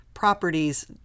properties